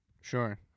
sure